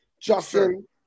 Justin